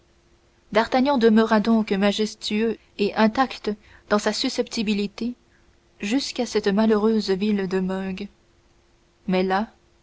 d'artagnan demeura donc majestueux et intact dans sa susceptibilité jusqu'à cette malheureuse ville de meung mais là